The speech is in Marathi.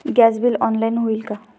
गॅस बिल ऑनलाइन होईल का?